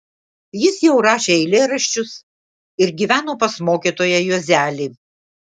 jis jau rašė eilėraščius ir gyveno pas mokytoją juozelį